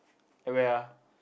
at where